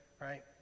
right